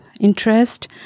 interest